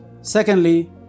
Secondly